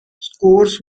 scores